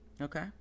Okay